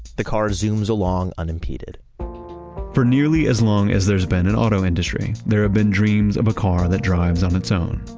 the car zooms along unimpeded for nearly as long as there's been an auto industry, there have been dreams of a car that drives on its own,